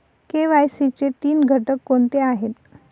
KYC चे तीन घटक कोणते आहेत?